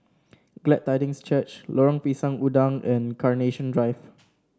Glad Tidings Church Lorong Pisang Udang and Carnation Drive